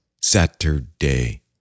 Saturday